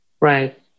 Right